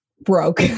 broke